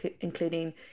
including